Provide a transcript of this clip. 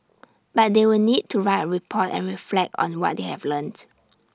but they would need to write A report and reflect on what they have learnt